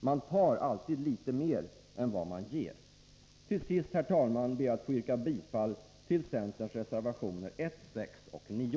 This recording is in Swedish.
Man tar alltid litet mer än vad man ger. Till sist, herr talman, ber jag att få yrka bifall till centerns reservationer nr 1, 6 och 9.